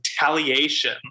retaliation